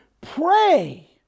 pray